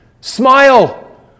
Smile